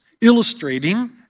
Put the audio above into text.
illustrating